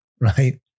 Right